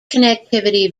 connectivity